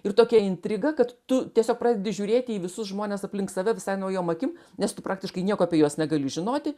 ir tokia intriga kad tu tiesiog pradedi žiūrėti į visus žmones aplink save visai naujom akim nes tu praktiškai nieko apie juos negali žinoti